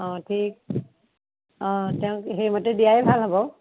অ ঠিক অ তেওঁক সেইমতে দিয়াই ভাল হ'ব